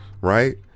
Right